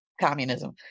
communism